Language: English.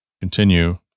continue